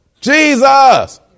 Jesus